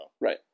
right